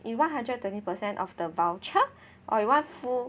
if one hundred and twenty percent of the voucher or you want full